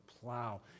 plow